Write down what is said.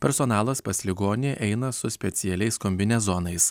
personalas pas ligonį eina su specialiais kombinezonais